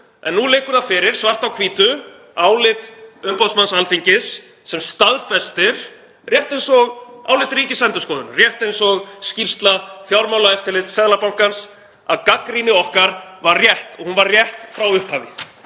en nú liggur fyrir svart á hvítu álit umboðsmanns Alþingis sem staðfestir, rétt eins og álit Ríkisendurskoðunar, rétt eins og skýrsla Fjármálaeftirlits Seðlabankans, að gagnrýni okkar var rétt. Hún var rétt frá upphafi.